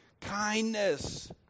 kindness